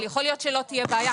אבל יכול להיות שלא תהיה בעיה,